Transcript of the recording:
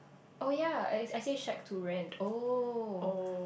oh yea I I say Shed to Rent oh